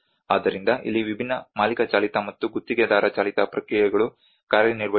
ಆದ್ದರಿಂದ ಇಲ್ಲಿ ವಿಭಿನ್ನ ಮಾಲೀಕ ಚಾಲಿತ ಮತ್ತು ಗುತ್ತಿಗೆದಾರ ಚಾಲಿತ ಪ್ರಕ್ರಿಯೆಗಳು ಕಾರ್ಯನಿರ್ವಹಿಸುತ್ತವೆ